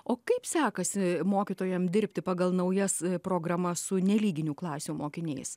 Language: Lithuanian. o kaip sekasi mokytojam dirbti pagal naujas programas su nelyginių klasių mokiniais